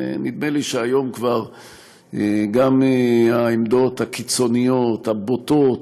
ונדמה לי שהיום העמדות הקיצוניות הבוטות